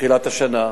מתחילת השנה,